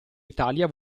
italia